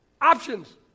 Options